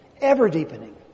ever-deepening